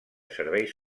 serveis